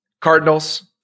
Cardinals